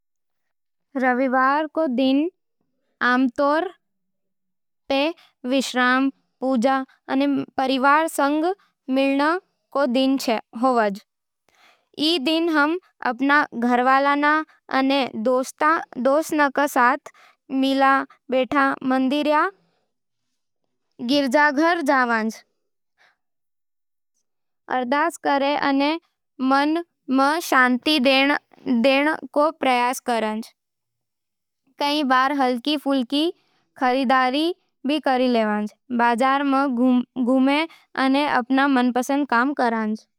रविवार रो दिन आमतौर पे विश्राम, पूजा अने परिवार सगै मिलण रो दिन होवज। ई दिन, हम अपन घरवालां अने दोस्तां संग मिल बैठके, मंदिर या गिरजाघर जावै, अरदास करै अने मन ने शांति देण रो प्रयास करंज। कई बार, हलकी-फुल्की खरीददारी कर, बाजार में घूमै अने अपन मनपसंद काम करंज।